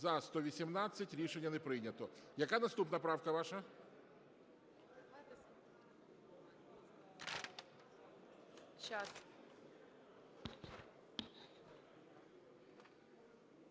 За-118 Рішення не прийнято. Яка наступна правка ваша?